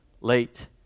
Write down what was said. late